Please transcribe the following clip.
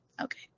okay